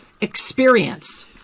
experience